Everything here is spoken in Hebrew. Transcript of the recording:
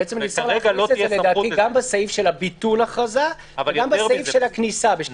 צריך להכניס את זה גם בסעיף של ביטול ההכרזה וגם בסעיף הכניסה.